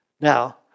Now